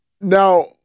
Now